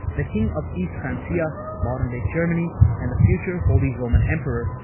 the king of east francia modern-day germany and the future holy roman emperor,